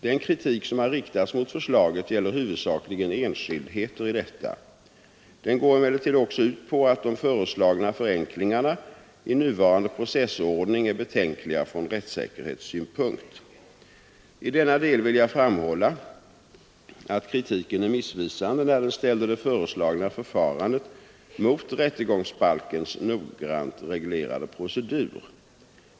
Den kritik som har riktats mot förslaget gäller huvudsakligen enskildheter. Den går emellertid också ut på att de föreslagna förenklingarna i nuvarande processordning är betänkliga från rättssäkerhetssynpunkt. I denna del vill jag framhålla att kritiken är missvisande när den ställer det föreslagna förfarandet mot rättegångsbalkens noggrant reglerade procedur.